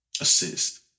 assist